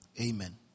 Amen